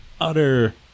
utter